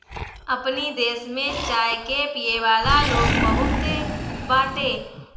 अपनी देश में चाय के पियेवाला लोग बहुते बाटे